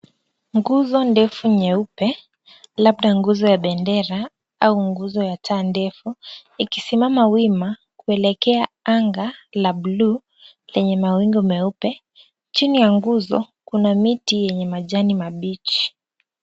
Nguzo ndefu nyeupe, labda nguzo ya bendera au nguzo ya taa ndefu, ikisimama wima kuelekea anga la bluu lenye mawingu meupe, chini ya nguzo kuna miti yenye majani mabichi.